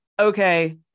Okay